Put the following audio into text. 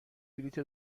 بلیط